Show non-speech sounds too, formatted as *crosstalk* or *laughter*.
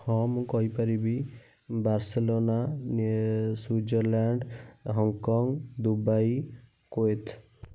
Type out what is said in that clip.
ହଁ ମୁଁ କହିପାରିବି *unintelligible* ସୁଇଜରଲ୍ୟାଣ୍ଡ ହଂକଂ ଦୁବାଇ କୁଏତ୍